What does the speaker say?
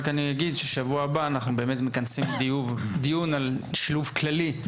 רק אני אגיד ששבוע הבא אנחנו באמת מכנסים דיון על שילוב כללי,